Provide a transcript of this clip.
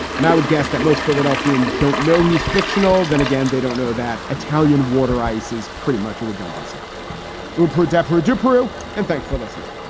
and i would guess that most philadelphians don't know he's fictional. then again, they don't know that italian water ice is pretty much a redundancy hooper, deborah dupre. and thanks for listening